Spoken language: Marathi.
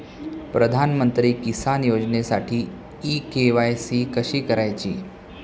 प्रधानमंत्री किसान योजनेसाठी इ के.वाय.सी कशी करायची?